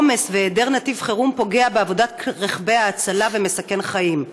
העומס והיעדר נתיב חירום פוגעים בעבודת רכבי ההצלה ומסכנים חיים.